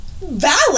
Valid